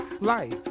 life